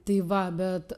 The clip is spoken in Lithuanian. tai va bet